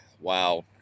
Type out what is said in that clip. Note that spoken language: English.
Wow